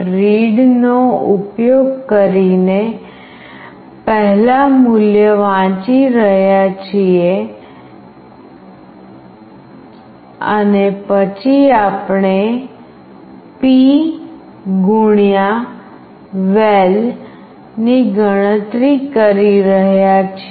read નો ઉપયોગ કરીને પહેલા મૂલ્ય વાંચી રહ્યા છીએ અને પછી આપણે છીએ p val ની ગણતરી કરી રહ્યા છીએ